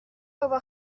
avoir